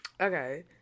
Okay